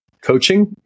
coaching